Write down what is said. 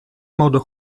modo